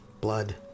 blood